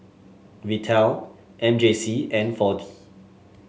Vital M J C and four D